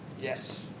Yes